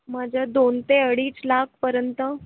माझं दोन ते अडीच लाखपर्यंत